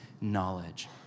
knowledge